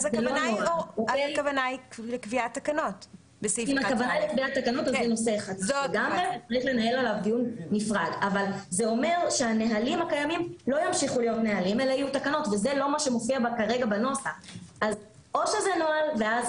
אז הכוונה היא לקביעת תקנות בסעיף 11א. אם הכוונה